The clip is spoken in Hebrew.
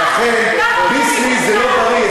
לכן, "ביסלי" זה לא בריא.